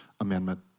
Amendment